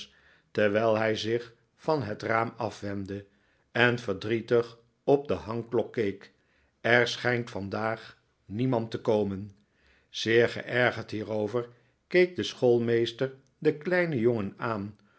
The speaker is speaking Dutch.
terwijl hij zich van het raam afwendde en verdrietig op de hangklok keek er schijnt vandaag niemand te komen zeer geergerd hierover keek de schoolmeester den kleinen jongen aan